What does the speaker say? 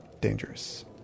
dangerous